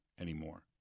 anymore